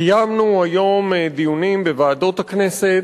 קיימנו היום דיונים בוועדות הכנסת,